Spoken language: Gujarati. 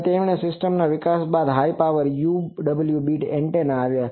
અને તે સિસ્ટમના વિકાસ બાદ હાય પાવર UWB એન્ટેના આવ્યા